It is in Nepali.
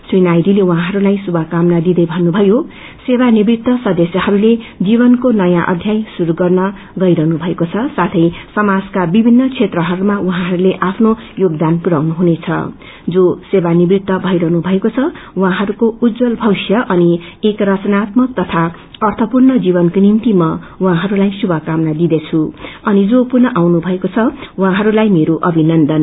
श्री नायडूले उहाँहरूलाई श्रुभक्रमना दिँदै भन्नुभयो सेवानिवृत सदस्यहरूले जीवनको नयाँ अध्याय श्रुरू गर्न गईरहनु भएको छ साथे समाजका विभिन्न क्षेत्रहरूमा उहौँहरूले आफ्नो योगदान पुर्याउनु हुनेछ जो सेवानिवृत भईरहनु भएको छ उहौँहरूको उज्जवल भविष्य अनि एक रचनात्मक तथा अर्थपूर्ण जीवनको निम्ति म उहाँहरूलाई श्रुभकामना दिदँछु अनि जो पुनः आउनु भएको द उहाँडस्लाई मेरो अभिनन्दन